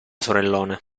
sorellona